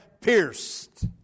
pierced